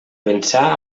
pensar